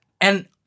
And-